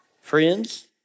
Friends